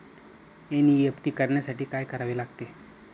NEFT करण्यासाठी काय करावे लागते?